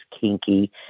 kinky